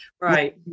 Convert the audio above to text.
Right